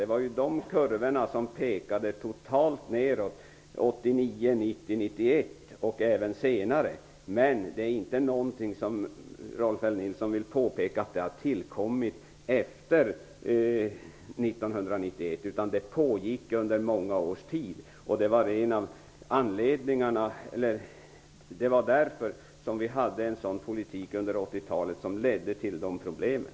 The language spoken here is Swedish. Kurvorna pekade totalt neråt under 1989, 1990 och 1991 och även senare. Rolf L Nilson kan inte påstå att denna utveckling började efter 1991, eftersom den har pågått under många års tid. Det var politiken under 1980-talet som ledde till problemen.